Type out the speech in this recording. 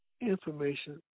information